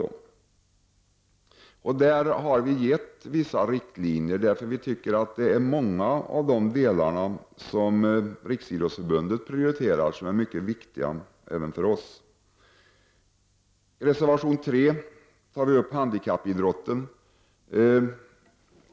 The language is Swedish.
Vi har i reservationen givit vissa riktlinjer, eftersom vi anser att många av de saker som Riksidrottsförbundet prioriterar är mycket viktiga även för oss. I reservation 3 tar vi upp frågan om handikappidrotten.